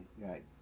right